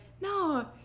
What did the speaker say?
no